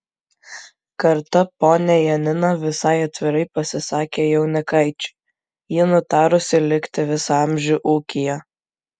kartą ponia janina visai atvirai pasisakė jaunikaičiui ji nutarusi likti visą amžių ūkyje